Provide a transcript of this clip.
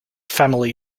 family